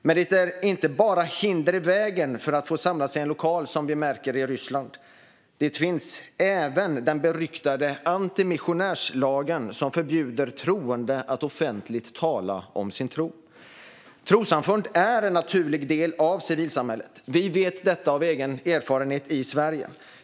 Men i Ryssland märker vi inte bara hinder för att få samlas i en lokal utan också den beryktade antimissionärslagen, som förbjuder troende att offentligt tala om sin tro. Trossamfund är en naturlig del av civilsamhället. Vi vet det av egen erfarenhet i Sverige.